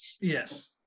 Yes